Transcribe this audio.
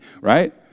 right